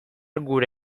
gure